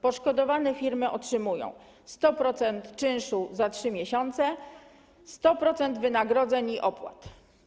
Poszkodowane firmy otrzymują: 100% czynszu za 3 miesiące, 100% wynagrodzeń i opłat.